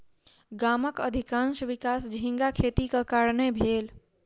गामक अधिकाँश विकास झींगा खेतीक कारणेँ भेल